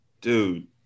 dude